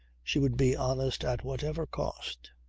she would be honest at whatever cost.